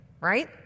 right